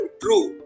true